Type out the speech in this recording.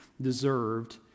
deserved